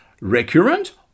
recurrent